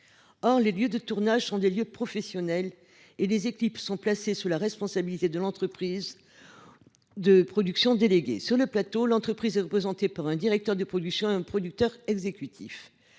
Or les lieux de tournage sont des lieux professionnels, les équipes étant placées sous la responsabilité de l’entreprise de production déléguée. Sur le plateau, l’entreprise est représentée par un directeur de production et un producteur exécutif.